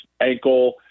ankle